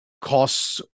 costs